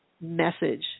message